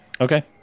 okay